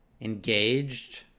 engaged